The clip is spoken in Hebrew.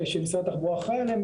שמשרד התחבורה אחראי עליהן.